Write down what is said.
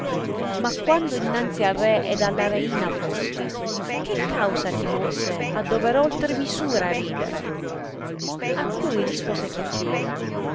ma quando innanzi al re ed alla reina fosti che causa ti mosse a dover oltre misura ridere a cui rispose